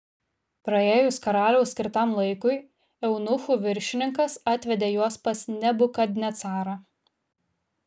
praėjus karaliaus skirtam laikui eunuchų viršininkas atvedė juos pas nebukadnecarą